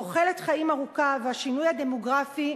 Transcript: תוחלת החיים הארוכה והשינוי הדמוגרפי,